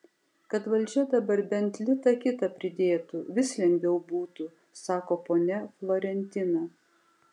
kad valdžia dabar bent litą kitą pridėtų vis lengviau būtų sako ponia florentina